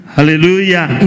Hallelujah